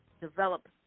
develop